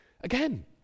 Again